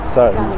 Sorry